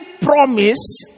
promise